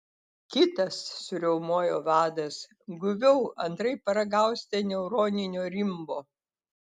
kitas suriaumojo vadas guviau antraip paragausite neuroninio rimbo